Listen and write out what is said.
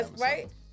right